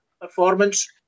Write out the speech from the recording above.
performance